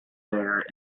there